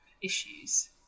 issues